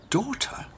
daughter